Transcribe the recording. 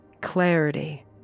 clarity